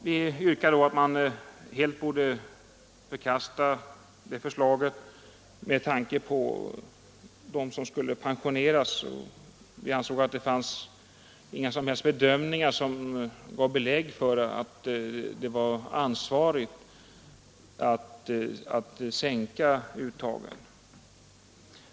Vi yrkade att man helt borde förkasta förslaget med tanke på dem som skulle pensioneras, eftersom vi anser att det inte finns bedömningar som ger belägg för att det är ansvarsmedvetet att sänka uttagen.